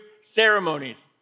ceremonies